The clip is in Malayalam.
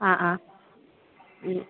ആ ആ